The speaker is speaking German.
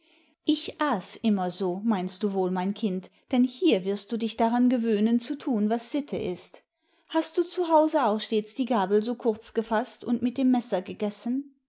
ich aß immer so meinst du wohl mein kind denn hier wirst du dich daran gewöhnen zu thun was sitte ist hast du zu hause auch stets die gabel so kurz gefaßt und mit dem messer gegessen